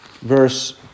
verse